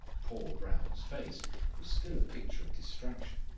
poor brown's face was still a picture of distraction.